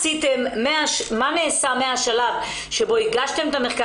מה נעשה מהשלב שבו הגשתם את המחקר,